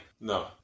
No